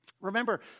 Remember